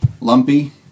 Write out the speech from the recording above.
Lumpy